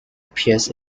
appears